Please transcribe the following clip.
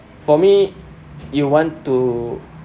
for me you want to